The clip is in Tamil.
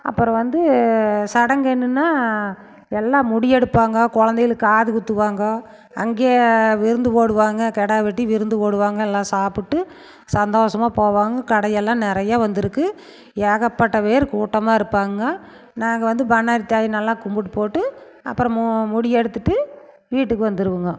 அப்புறம் வந்து சடங்குயென்னால் எல்லாம் முடியெடுப்பாங்க குழந்தைகளுக்கு காது குத்துவாங்க அங்கேயே விருந்து போடுவாங்க கிடா வெட்டி விருந்து போடுவாங்க எல்லாம் சாப்பிட்டு சந்தோஷமாக போவாங்க கடையெல்லாம் நிறையா வந்திருக்கு ஏகப்பட்ட பேர் கூட்டமாக இருப்பாங்க நாங்கள் வந்து பண்ணாரி தாயை நல்லா கும்பிட்டு போட்டு அப்புறம் மோ முடியெடுத்துவிட்டு வீட்டுக்கு வந்துடுவோங்க